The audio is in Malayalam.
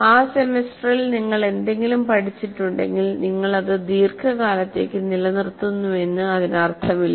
ആ സെമസ്റ്ററിൽ നിങ്ങൾ എന്തെങ്കിലും പഠിച്ചിട്ടുണ്ടെങ്കിൽ നിങ്ങൾ അത് ദീർഘകാലത്തേക്ക് നിലനിർത്തുന്നുവെന്ന് ഇതിനർത്ഥമില്ല